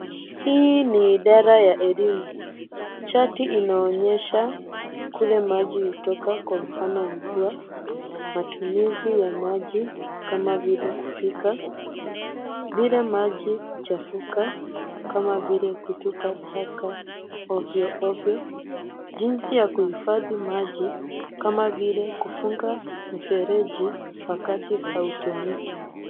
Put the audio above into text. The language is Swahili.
Hii ni idara ya elimu. Chati inaonyesha kule maji hutoka kwa mfano mvua, matumizi ya maji kama vile kupika. Vile maji huchafuka kama vile kutupa taka ovyo ovyo. Jinsi ya kuhifadhi maji kama vile kufunga mfereji wakati hautumiki.